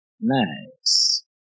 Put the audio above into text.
Nice